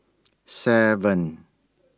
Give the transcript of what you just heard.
seven